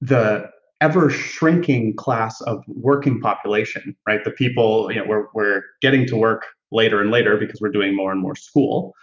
the ever shrinking class of working population, right? the people. we're we're getting to work later and later because we're doing more and more school,